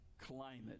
climate